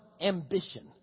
ambition